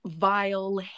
vile